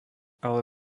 ale